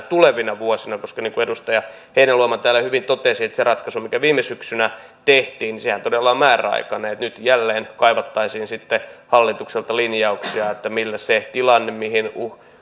tulevina vuosina koska niin kuin edustaja heinäluoma täällä hyvin totesi se ratkaisu mikä viime syksynä tehtiin todella on määräaikainen ja nyt jälleen kaivattaisiin sitten hallitukselta linjauksia siitä millä se tilanne mihin